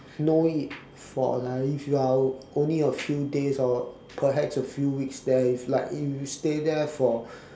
know it for like if you are only a few days or perhaps a few weeks there is like if you stay there for